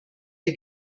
der